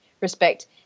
respect